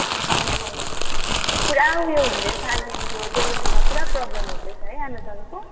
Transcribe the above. ए अँ पुरा ऊ यो हुँदैछ अहिले त्यो डेलिभरीमा पुरा प्रबलम हुँदैछ है एमाजोनको